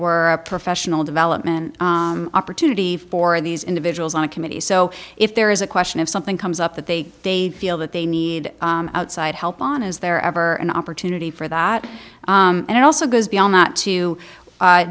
were a professional development opportunity for these individuals on a committee so if there is a question of something comes up that they they feel that they need outside help on is there ever an opportunity for that and it also goes beyond not to